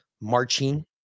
marching